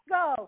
go